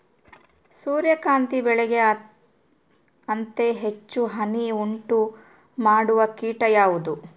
ಸೂರ್ಯಕಾಂತಿ ಬೆಳೆಗೆ ಅತೇ ಹೆಚ್ಚು ಹಾನಿ ಉಂಟು ಮಾಡುವ ಕೇಟ ಯಾವುದು?